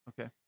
Okay